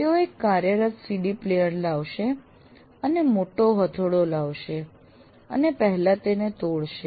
તેઓ એક કાર્યરત સીડી પ્લેયર લાવશે અને મોટો હથોડો લાવશે અને પહેલા તેને તોડશે